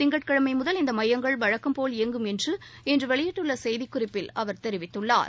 திங்கட்கிழமை முதல் இந்த மையங்கள் வழக்கம்போல் இயங்கும் என்று இன்று வெளியிட்டுள்ள செய்திக்குறிப்பில் அவர் தெரிவித்துள்ளார்